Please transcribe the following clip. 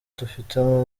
dufitemo